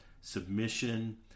submission